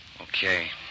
Okay